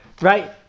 right